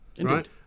right